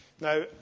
Now